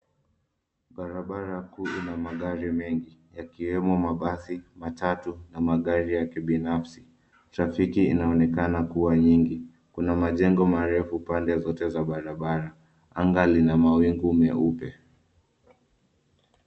Barabara kuu ina magari mengi yakiwemo mabasi, matatu na magari ya kibinafsi. Trafiki inaonekana kuwa nyingi. Kuna majengo marefu pande zote za barabara. Anga lina mawingu meupe.